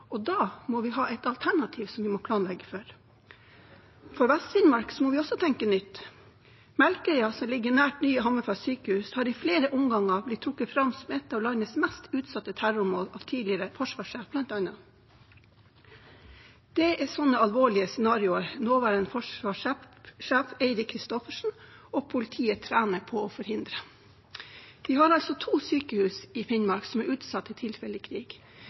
og da må vi ha et alternativ som vi må planlegge for. For Vest-Finnmark må vi også tenke nytt. Melkøya, som ligger nært Nye Hammerfest sykehus, har i flere omganger blitt trukket fram som et av landets mest utsatte terrormål, bl.a. av tidligere forsvarssjef. Det er sånne alvorlige scenarioer nåværende forsvarssjef, Eirik Kristoffersen, og politiet trener på å forhindre. Vi har altså to sykehus i Finnmark som er utsatt